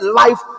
life